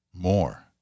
more